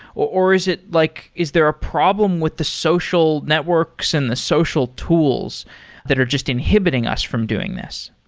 or is it like is there a problem with the social networks and the social tools that are just inhibiting us from doing this?